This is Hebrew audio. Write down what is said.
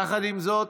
יחד עם זאת,